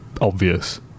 obvious